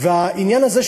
והעניין הזה,